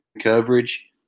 coverage